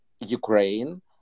Ukraine